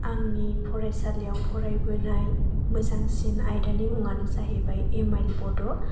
आंनि फरायसालियाव फरायबोनाय मोजांसिन आयदानि मुंआनो जाहैबाय एम आइ एल बड'